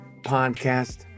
podcast